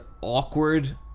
awkward